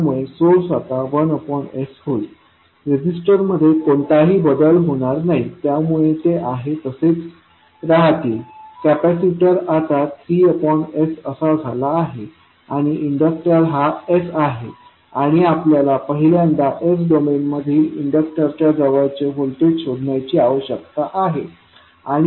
त्यामुळे सोर्स आता 1s होईल रेझिस्टन्समध्ये कोणताही बदल होणार नाही त्यामुळे ते आहे तसेच राहतील कॅपॅसिटर आता 3s असा झाला आहे आणि इन्डक्टर हा s आहे आणि आपल्याला पहिल्यांदा s डोमेनमधील इंडक्टरच्या जवळचे व्होल्टेज शोधण्याची आवश्यकता आहे